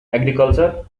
agriculture